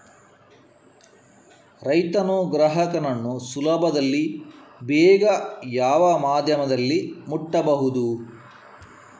ರೈತನು ಗ್ರಾಹಕನನ್ನು ಸುಲಭದಲ್ಲಿ ಬೇಗ ಯಾವ ಮಾಧ್ಯಮದಲ್ಲಿ ಮುಟ್ಟಬಹುದು?